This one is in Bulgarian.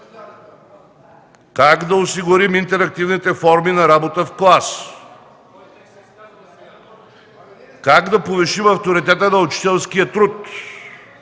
Как да осигурим интерактивните форми на работа в клас? Как да повишим авторитета на учителския труд?